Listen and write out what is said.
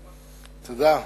בבקשה.